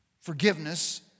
Forgiveness